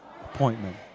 Appointment